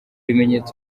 ibimenyetso